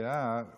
היסטורית,